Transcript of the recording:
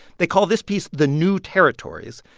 they call this piece the new territories.